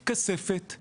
כספת,